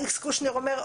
אלכס קושניר אומר,